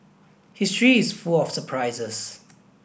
history is full of surprises